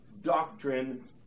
doctrine